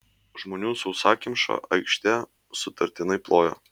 žmonių sausakimša aikštė sutartinai plojo